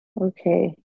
okay